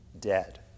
dead